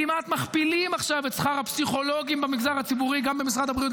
כמעט מכפילים עכשיו את שכר הפסיכולוגים במגזר הציבורי גם במשרד הבריאות,